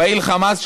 פעיל חמאס,